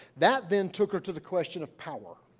that then took her to the question of power